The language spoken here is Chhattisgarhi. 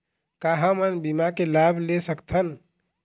का हमन बीमा के लाभ ले सकथन?